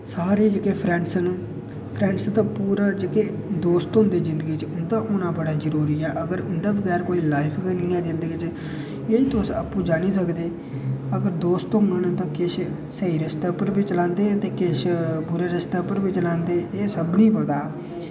सारे जेह्के फ्रैंड न फ्रैंड दा पूरा जेह्के दोस्त होंदे न जिंदगी च उं'दा होना बड़ा जरूरी ऐ अगर उंदे बगैर कोई लाइफ निं ऐ जिंदगी च एह् तुस आपूं जानी सकदे अगर दोस्त होङन तां किश स्हेई रस्ते पर बी चलांदे ते किश बुरे रस्ते पर बी चलांदे ते एह् सभनीं गी पता